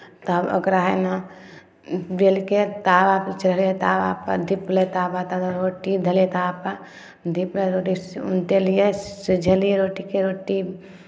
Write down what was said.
तब ओकरा हइ ने बेलि कऽ तावापर चढ़ै तावापर धिपलै तावा तकर बाद रोटी भेलै तावापर धीपल रोटी से उनटेलियै सिझैलियै रोटीकेँ रोटी